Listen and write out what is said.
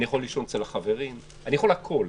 אני יכול לישון אצל החברים, אני יכול הכול,